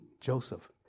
Joseph